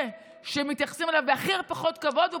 זה שמתייחסים אליו בהכי פחות כבוד והוא